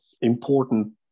important